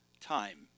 time